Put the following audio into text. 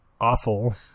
awful